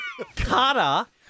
Carter